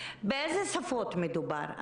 באיזה שפות מדובר?